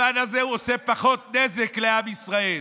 ושבזמן הזה הוא עושה פחות נזק לעם ישראל.